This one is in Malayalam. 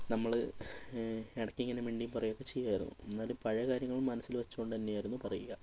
നമ്മൾ ഇടയ്ക്കിങ്ങനെ മിണ്ടിയും പറയുകയൊക്കെ ചെയ്യുമായിരുന്നു എന്നാലും പഴയ കാര്യങ്ങൾ മനസ്സിൽ വച്ചുകൊണ്ട് തന്നെയായിരുന്നു പറയുക